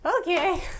Okay